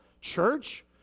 Church